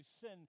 sin